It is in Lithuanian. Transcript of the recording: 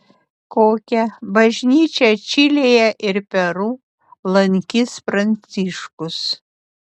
kokią bažnyčią čilėje ir peru lankys pranciškus